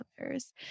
others